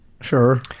Sure